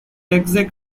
exact